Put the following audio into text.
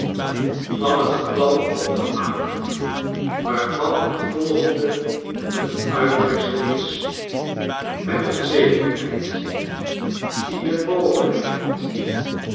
van t geval opgemaakt waarvan het volgende een uittreksel is jmet een zekerheid die de mogelijkheid